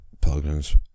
pilgrim's